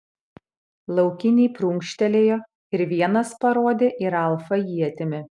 laukiniai prunkštelėjo ir vienas parodė į ralfą ietimi